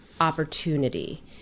opportunity